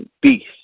Beast